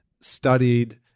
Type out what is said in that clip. studied